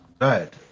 right